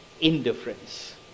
indifference